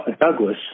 Douglas